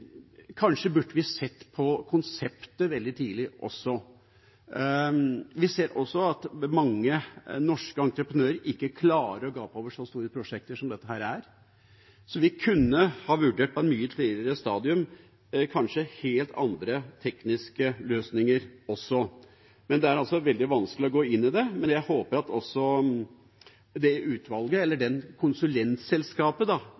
kanskje burde sett på konseptet veldig tidlig. Vi ser at mange norske entreprenører ikke klarer å gape over så store prosjekter som dette er, så vi kunne ha vurdert også helt andre tekniske løsninger på et mye tidligere stadium. Det er veldig vanskelig å gå inn i det, men jeg håper at det utvalget eller